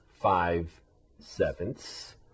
five-sevenths